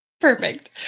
Perfect